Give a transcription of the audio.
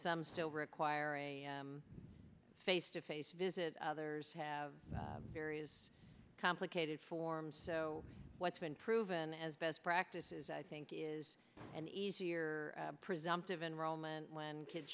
some still require a face to face visit others have various complicated forms so what's been proven as best practices i think is an easier presumptive enrollment when kids